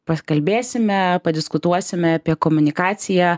pakalbėsime padiskutuosime apie komunikaciją